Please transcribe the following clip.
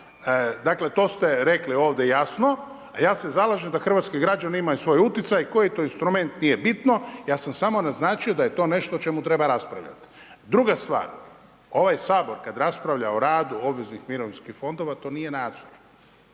dakle, to ste rekli ovdje jasno, a ja se zalažem da hrvatski građani imaju svoj uticaj, koji to instrument nije bitno, ja sam samo naznačio da je to nešto o čemu treba raspravljati. Druga stvar, ovaj Sabor, kada raspravlja o radu obveznih mirovinskih fondova, to nije nadzor,